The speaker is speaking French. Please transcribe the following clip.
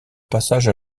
passage